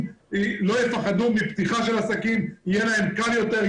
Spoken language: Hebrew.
לא יפחדו מפתיחת עסקים יהיה להם קל יותר,